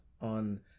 on